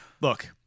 Look